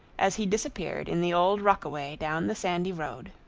as he disappeared in the old rockaway down the sandy road.